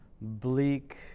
bleak